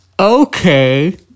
Okay